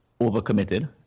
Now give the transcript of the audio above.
overcommitted